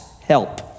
Help